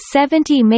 Seventy